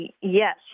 Yes